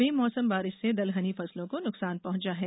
बेमौसम बारिश से दलहनी फसलों को नुकसान पहुँचा है